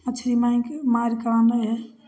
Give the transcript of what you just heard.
मछरी माँगिके मारिके आनै हइ